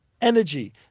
energy